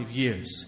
years